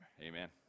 Amen